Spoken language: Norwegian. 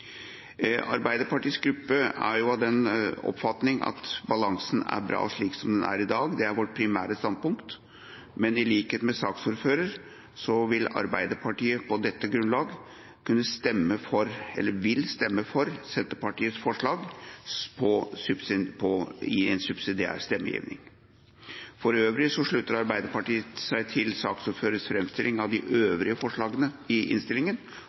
Arbeiderpartiets gruppe er av den oppfatning at balansen er bra slik den er i dag. Det er vårt primære standpunkt. Men i likhet med saksordføreren vil Arbeiderpartiet på dette grunnlaget stemme for Senterpartiets forslag i en subsidiær stemmegivning. For øvrig slutter Arbeiderpartiet seg til saksordførerens framstilling av de øvrige forslagene i innstillingen,